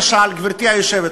הנה, למשל, גברתי היושבת-ראש,